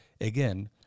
again